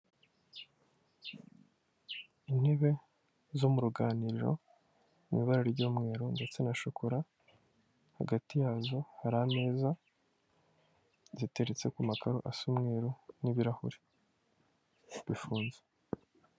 Intebe zo mu ruganiriro mu ibara ry'umweru ndetse na shokora hagati yazo hari ameza ziteretse ku makaro asa umweru n'ibirahure bifunze.